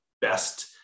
best